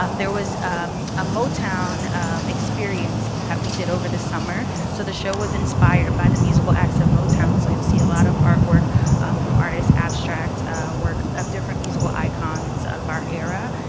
um there was a motown experience that we did over the summer, so the show was inspired by the musical acts of motown, so you'll see a lot of artwork from artists, abstract work of different musical icons of our era.